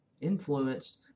influenced